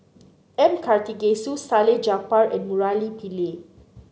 M Karthigesu Salleh Japar and Murali Pillai